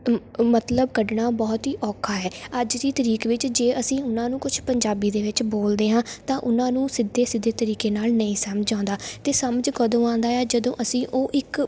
ਮਤਲਬ ਕੱਢਣਾ ਬਹੁਤ ਹੀ ਔਖਾ ਹੈ ਅੱਜ ਦੀ ਤਰੀਕ ਵਿੱਚ ਜੇ ਅਸੀਂ ਉਹਨਾਂ ਨੂੰ ਕੁਛ ਪੰਜਾਬੀ ਦੇ ਵਿੱਚ ਬੋਲਦੇ ਹਾਂ ਤਾਂ ਉਹਨਾਂ ਨੂੰ ਸਿੱਧੇ ਸਿੱਧੇ ਤਰੀਕੇ ਨਾਲ ਨਹੀਂ ਸਮਝ ਆਉਂਦਾ ਅਤੇ ਸਮਝ ਕਦੋਂ ਆਉਂਦਾ ਹੈ ਜਦੋਂ ਅਸੀਂ ਉਹ ਇੱਕ